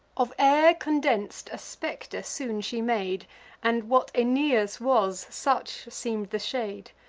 of air condens'd a specter soon she made and, what aeneas was, such seem'd the shade.